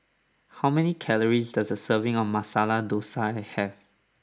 how many calories does a serving of Masala Dosa have